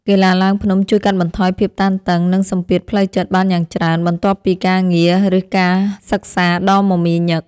កីឡាឡើងភ្នំជួយកាត់បន្ថយភាពតានតឹង និងសម្ពាធផ្លូវចិត្តបានយ៉ាងច្រើន បន្ទាប់ពីការងារ ឬការសិក្សាដ៏មមាញឹក។